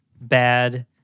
Bad